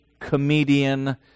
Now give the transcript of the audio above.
comedian